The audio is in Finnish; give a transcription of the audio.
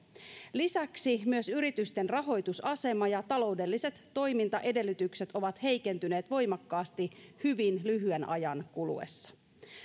lisäksi myös yritysten rahoitusasema ja taloudelliset toimintaedellytykset ovat heikentyneet voimakkaasti hyvin lyhyen ajan kuluessa